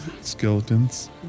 Skeletons